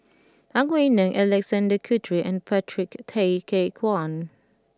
Ang Wei Neng Alexander Guthrie and Patrick Tay Teck Guan